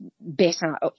better